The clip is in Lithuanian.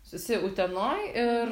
susi utenoje ir